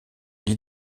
lie